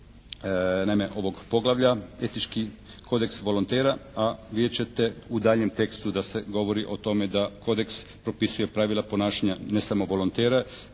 naime ovog poglavlja etički kodeks volontera, a vidjet ćete u daljnjem tekstu da se govori o tome da kodeks propisuje pravila ponašanja ne samo volontera